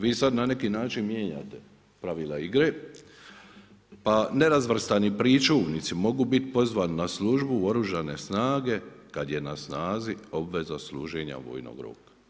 Vi sad na neki način mijenjate pravila igre, pa nerazvrstani pričuvnici mogu biti pozvani na službu u Oružane snage kad je na snazi obveza služenja vojnog roka.